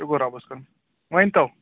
شُکُر رۄبَس کُن ؤنۍ تو